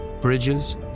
bridges